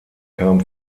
kam